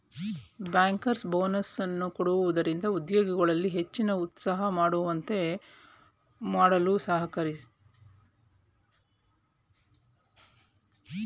bankers bonus ಕೊಡುವುದರಿಂದ ಉದ್ಯೋಗಿಗಳಲ್ಲಿ ಹೆಚ್ಚಿನ ಉತ್ಸಾಹ ಮೂಡುವಂತೆ ಮಾಡಲು ಸಹಕಾರಿ